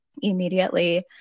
immediately